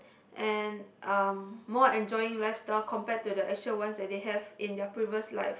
and um more enjoying lifestyle compared to actual ones that they have in their previous life